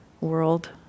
world